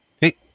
Hey